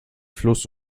fluss